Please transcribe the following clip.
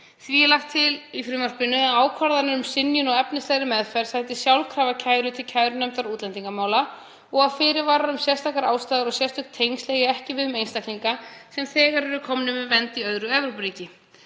er lagt til í frumvarpinu að ákvarðanir um synjun á efnislegri meðferð sæti sjálfkrafa kæru til kærunefndar útlendingamála og að fyrirvarar um sérstakar ástæður og sérstök tengsl eigi ekki við um einstaklinga sem þegar eru komnir með vernd í öðru Evrópuríki.